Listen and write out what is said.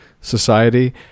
society